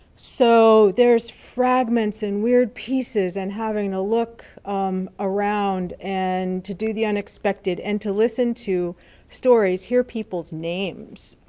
so there's fragments and weird pieces and having to look around and to do the unexpected and to listen to stories, hear people's names.